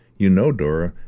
you know, dora,